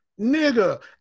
Nigga